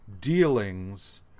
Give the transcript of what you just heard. dealings